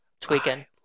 tweaking